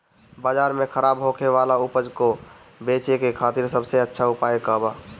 बाजार में खराब होखे वाला उपज को बेचे के खातिर सबसे अच्छा उपाय का बा?